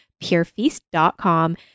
purefeast.com